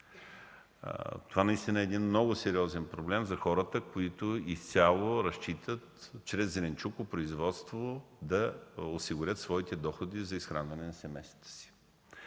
Това наистина е един много сериозен проблем за хората, които изцяло разчитат чрез зеленчукопроизводство да осигурят своите доходи за изхранване на семействата си.